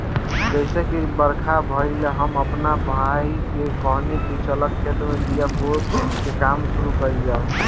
जइसे ही बरखा भईल, हम आपना भाई से कहनी की चल खेत में बिया बोवे के काम शुरू कईल जाव